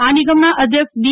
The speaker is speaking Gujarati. આ નિગમ ના અધ્યક્ષ બી